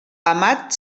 amat